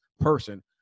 person